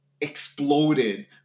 exploded